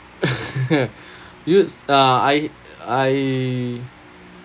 used uh I I